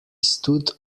stood